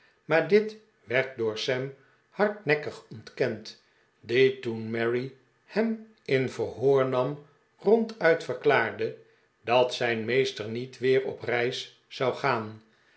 maar dit werd door sam hardnekkig ontkend die toen mary hem in verhoor nam ronduit verklaarde dat zijn meester niet weer op reis zou gaan